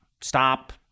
stop